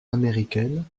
américaine